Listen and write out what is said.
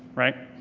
right?